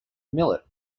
millet